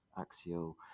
axial